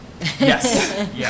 Yes